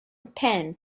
penn